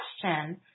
question